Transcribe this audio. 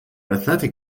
athletic